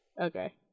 okay